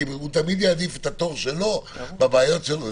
כי הוא תמיד יעדיף את התור שלו בבעיות שלו.